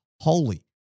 holy